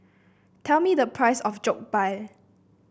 tell me the price of Jokbal